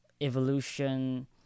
evolution